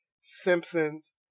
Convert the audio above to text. simpsons